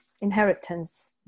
inheritance